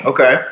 Okay